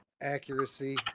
accuracy